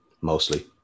Mostly